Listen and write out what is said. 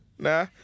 Nah